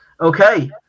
okay